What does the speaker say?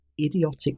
idiotic